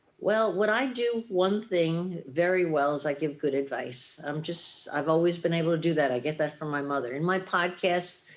well, what i do one thing very well is i give good advice. um i've always been able to do that. i get that from my mother, in my podcast,